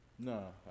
No